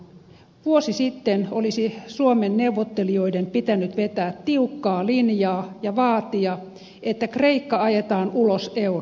vuosi sitten olisi suomen neuvottelijoiden pitänyt vetää tiukkaa linjaa ja vaatia että kreikka ajetaan ulos eurosta